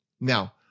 Now